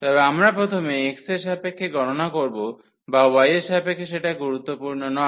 তবে আমরা প্রথমে x এর সাপেক্ষে গণনা করব বা y এর সাপেক্ষে সেটা গুরুত্বপূর্ণ নয়